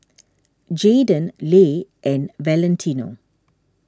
Jaydan Le and Valentino